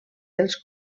dels